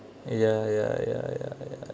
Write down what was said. ya ya ya ya ya